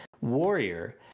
Warrior